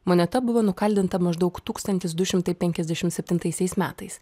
moneta buvo nukaldinta maždaug tūkstantis du šimtai penkiasdešim septintaisiais metais